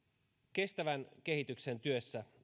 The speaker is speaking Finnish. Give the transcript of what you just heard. kestävän kehityksen työssä